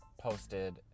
posted